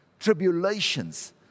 tribulations